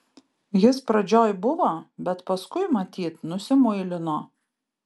jis pradžioj buvo bet paskui matyt nusimuilino